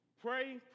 pray